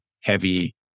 heavy